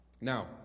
Now